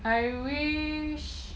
I wish